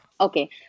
Okay